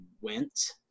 went